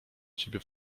ciebie